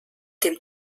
dem